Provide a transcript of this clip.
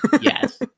Yes